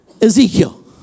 Ezekiel